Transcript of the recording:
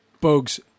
Bugs